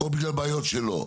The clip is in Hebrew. או בגלל בעיות שלו,